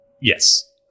Yes